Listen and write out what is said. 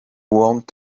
want